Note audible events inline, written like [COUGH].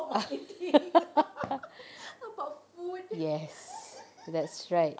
[LAUGHS] yes that's right